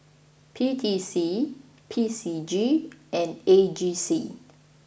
P T C P C G and A G C